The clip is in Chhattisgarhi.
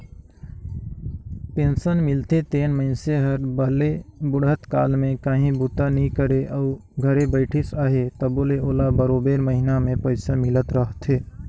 पेंसन मिलथे तेन मइनसे हर भले बुढ़त काल में काहीं बूता नी करे अउ घरे बइठिस अहे तबो ले ओला बरोबेर महिना में पइसा मिलत रहथे